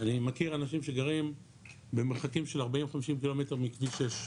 אני מכיר אנשים שגרים במרחקים של 40-50 קילומטר מכביש 6,